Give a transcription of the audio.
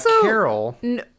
carol